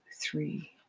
three